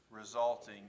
resulting